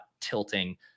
tilting